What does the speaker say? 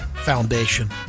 Foundation